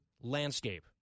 landscape